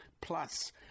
plus